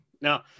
No